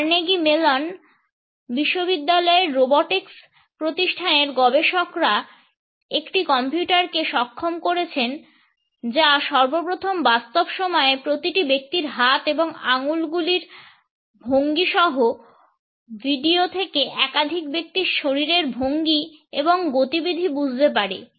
Carnegie Mellon বিশ্ববিদ্যালয়ের robotics প্রতিষ্ঠানের গবেষকরা একটি কম্পিউটারকে সক্ষম করেছেন যা সর্বপ্রথম বাস্তব সময়ে প্রতিটি ব্যক্তির হাত এবং আঙ্গুলের ভঙ্গি সহ video থেকে একাধিক ব্যক্তির শরীরের ভঙ্গি এবং গতিবিধি বুঝতে পারে